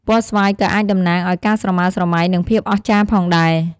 ពណ៌ស្វាយក៏អាចតំណាងឱ្យការស្រមើស្រមៃ និងភាពអស្ចារ្យផងដែរ។